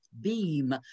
beam